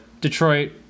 Detroit